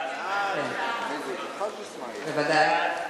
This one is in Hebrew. התשע"ב 2012,